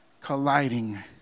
colliding